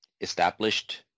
established